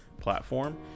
platform